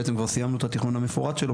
בעצם כבר סיימנו את התכנון המפורט שלו,